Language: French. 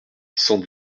cent